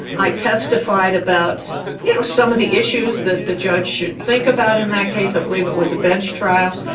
i testified about you know some of the issues that the judge should think about in that case. i believe it was a bench trial.